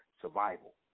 survival